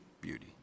beauty